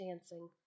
dancing